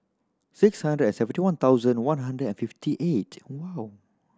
six hundred and seventy one thousand one hundred and fifty eight no